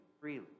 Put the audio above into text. freely